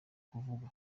kuvuga